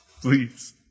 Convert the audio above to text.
please